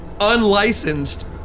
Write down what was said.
unlicensed